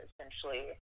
essentially